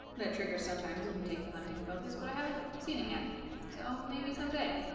that triggers sometimes if you take the hunting focus but i haven't seen it yet so maybe someday